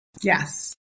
Yes